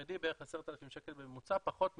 וחרדי בערך 10,000 שקל בממוצע, פחות מחצי,